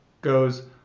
goes